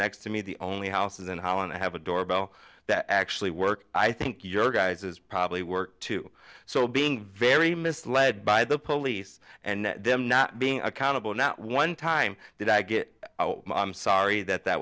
next to me the only houses in holland i have a doorbell that actually work i think your guys is probably work too so being very misled by the police and them not being accountable not one time did i get out i'm sorry that that